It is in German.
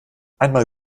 einmal